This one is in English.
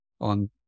on